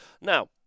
Now